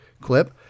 clip